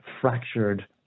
fractured